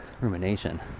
rumination